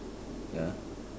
ya